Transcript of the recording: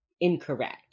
incorrect